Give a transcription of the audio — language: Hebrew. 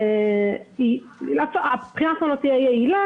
יהיה יעיל,